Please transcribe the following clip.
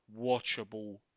watchable